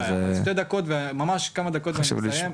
הבנתי, אז שתי דקות, ממש כמה דקות ואני מסיים.